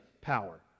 power